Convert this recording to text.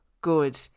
good